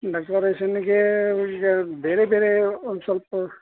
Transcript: ಡೆಕೋರೇಷನ್ನಿಗೆ ಈಗ ಬೇರೆ ಬೇರೆ ಒಂದು ಸ್ವಲ್ಪ